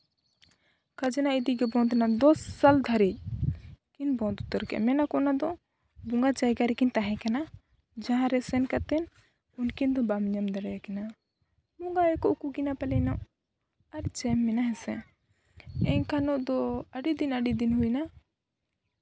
ᱠᱷᱟᱡᱽᱱᱟ ᱤᱫᱤ ᱜᱮ ᱵᱚᱱᱫᱷ ᱱᱟ ᱫᱚᱥ ᱥᱟᱞ ᱫᱷᱟᱹᱨᱤᱡ ᱠᱤᱱ ᱵᱚᱱᱫᱷ ᱩᱛᱟᱹᱨ ᱠᱮᱜᱼᱟ ᱢᱮᱱᱟ ᱠᱚ ᱚᱱᱟ ᱫᱚ ᱵᱚᱸᱜᱟ ᱡᱟᱭᱟᱜ ᱨᱮᱠᱤᱱ ᱛᱟᱦᱮᱸ ᱠᱟᱱᱟ ᱡᱟᱦᱟᱸ ᱨᱮ ᱥᱮᱱ ᱠᱟᱛᱮᱱ ᱩᱱᱠᱤᱱ ᱫᱚ ᱵᱟᱢ ᱧᱟᱢ ᱫᱟᱲᱮᱭᱟᱠᱤᱱᱟ ᱵᱚᱸᱜᱟ ᱜᱮᱠᱚ ᱩᱠᱩ ᱠᱤᱱᱟ ᱯᱟᱞᱮᱱᱚᱜ ᱟᱨ ᱪᱮᱫ ᱢᱮᱱᱟ ᱦᱮᱸᱥᱮ ᱮᱱᱠᱷᱟᱱ ᱫᱚ ᱟᱹᱰᱤ ᱫᱤᱱ ᱟᱹᱰᱤ ᱫᱤᱱ ᱦᱩᱭᱱᱟ